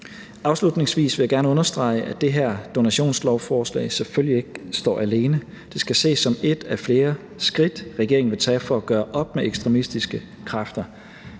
Afslutningsvis vil jeg gerne understrege, at det her donationslovforslag selvfølgelig ikke står alene, men skal ses som et af flere skridt, som regeringen vil tage for at gøre op med ekstremistiske kræfter.